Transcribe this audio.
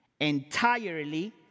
entirely